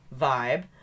vibe